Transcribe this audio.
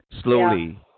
slowly